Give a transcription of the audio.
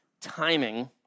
timing